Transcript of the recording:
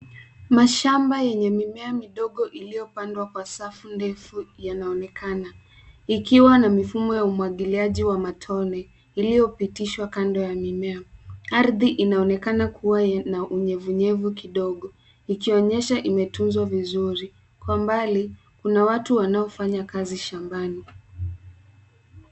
Mashamba yenye mimea midogo iliyopandwa kwa safu ndefu yanaonekana ikiwa na mifumo ya umwagiliaji wa matone iliyopitishwa kando ya mimea. Ardhi inaonekana kuwa na unyevunyevu kidogo, ikionyesha imetunzwa vizuri. Kwa mbali, kuna watu wanaofanya kazi shambani.